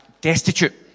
destitute